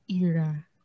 era